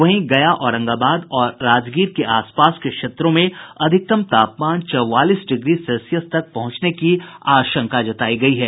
वहीं गया औरंगाबाद और राजगीर के आसापास के क्षेत्रों में अधिकतम तापमान चौवालीस डिग्री सेल्सियस तक पहुंचने की आशंका जतायी गयी है